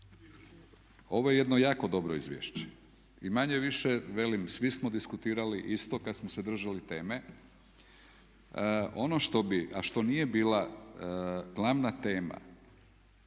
ovo je jedno jako dobro izvješće i manje-više, velim svi smo diskutirali isto kada smo se držali teme. Ono što bih a što nije bila glavna tema,